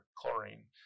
chlorine